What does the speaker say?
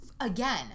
again